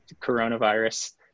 coronavirus